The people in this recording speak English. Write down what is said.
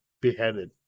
beheaded